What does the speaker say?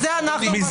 לזה אנחנו מסכימים.